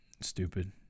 stupid